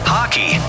Hockey